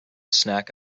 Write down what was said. snack